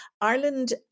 Ireland